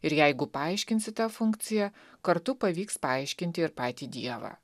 ir jeigu paaiškinsi tą funkciją kartu pavyks paaiškinti ir patį dievą